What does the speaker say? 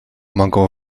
mogą